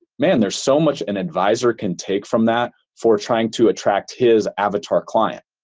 man, there's so much an advisor can take from that for trying to attract his avatar client,